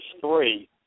three